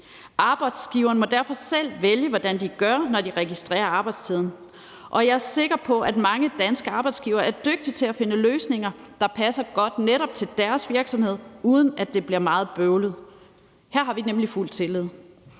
Arbejdsgiverne må derfor selv vælge, hvordan de gør, når de registrerer arbejdstiden. Jeg er sikker på, at mange danske arbejdsgivere er dygtige til at finde løsninger, der passer godt netop til deres virksomhed, uden at det bliver meget bøvlet. Her har vi nemlig fuld tillid.